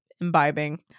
imbibing